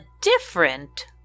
different